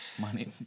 Money